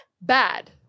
bad